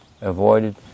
avoided